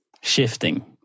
shifting